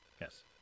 yes